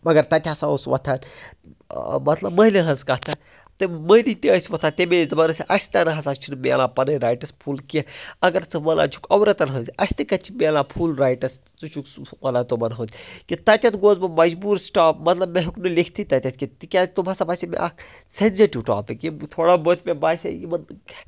مگر تَتہِ ہَسا اوس وۄتھان مطلب مٔہنِین ہٕنٛز کَتھ تِم مٔہنی تہِ ٲسۍ وۄتھان تٔمۍ ٲسۍ دَپان اَسہِ تہِ ہَسا چھِنہٕ ملان پَنٕنۍ رایٹٕس فُل کیٚنٛہہ اگر ژٕ وَنان چھُکھ عورتن ہٕنٛز اَسہِ تہِ کَتہِ چھِ ملان فُل رایٹٕس ژٕ چھُکھ سُہ مان تمَن ہُنٛد کہِ تَتیٮ۪تھ گوس بہٕ مجبوٗر سِٹاپ مطلب مےٚ ہیوٚک نہٕ لٮ۪کتھی تَتٮ۪تھ کیٚنٛہہ تِکیٛاز تم ہَسا باسے مےٚ اکھ سٮ۪نٛزِٹو ٹاپِک یِم تھوڑا بہت مےٚ باسے یِمَن